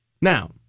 Now